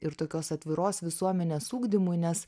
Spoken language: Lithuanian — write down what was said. ir tokios atviros visuomenės ugdymui nes